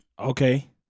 Okay